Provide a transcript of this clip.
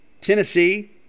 Tennessee –